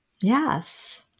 Yes